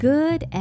Good